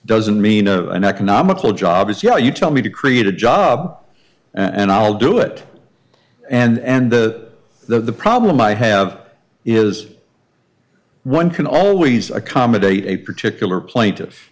doesn't mean a uneconomical job is you know you tell me to create a job and i'll do it and the the problem i have is one can always accommodate a particular plaintiff